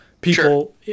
people